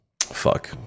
fuck